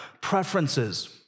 Preferences